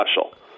special